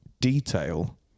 detail